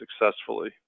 successfully